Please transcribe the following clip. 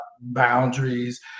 Boundaries